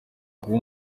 kuba